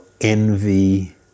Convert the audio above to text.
envy